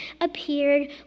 appeared